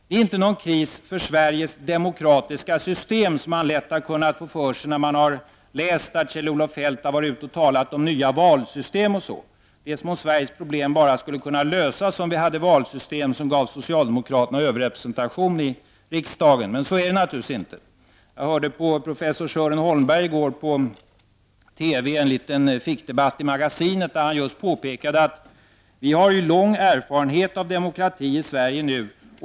Det är ingen kris för Sveriges demokratiska system, som man lätt kan få för sig när man läser vad Kjell-Olof Feldt har sagt om ett nytt valsystem. Det är som om Sveriges problem bara skulle kunna lösas om vi hade ett valsystem som gav socialdemokraterna överrepresentation i riksdagen. Så är det naturligtvis inte. Jag hörde på professor Sören Holmberg i går i en debatt i Magasinet, där han just påpekade att vi har lång erfarenhet av demokrati i Sverige.